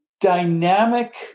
dynamic